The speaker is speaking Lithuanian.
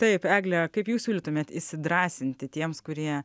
taip egle kaip jūs siūlytumėt įsidrąsinti tiems kurie